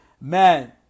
man